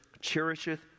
cherisheth